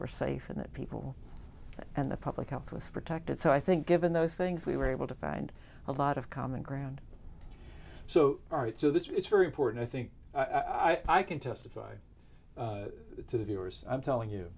were safe and that people and the public health was protected so i think given those things we were able to find a lot of common ground so all right so that it's very important i think i can testify to the viewers i'm telling you